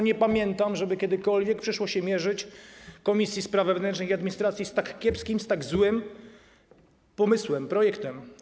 Nie pamiętam, żeby kiedykolwiek przyszło się mierzyć Komisji Spraw Wewnętrznych i Administracji z tak kiepskim, z tak złym pomysłem, projektem.